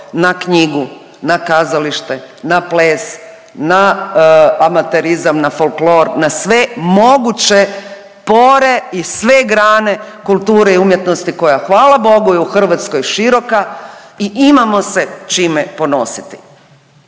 na knjigu, na kazalište, na ples, na amaterizam, na folklor, na sve moguće pore i sve grane kulture i umjetnosti koja hvala bogu je u Hrvatskoj široka i imamo se čime ponositi.